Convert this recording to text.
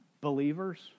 believers